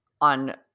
on